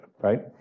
right